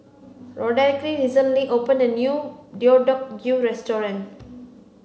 Roderic recently opened a new Deodeok Gui restaurant